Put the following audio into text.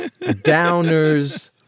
downers